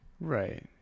right